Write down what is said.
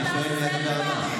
מי הדובר הבא?